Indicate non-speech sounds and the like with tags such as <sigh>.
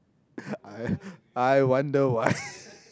<breath> I I wonder why <laughs>